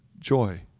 joy